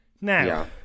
now